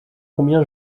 combien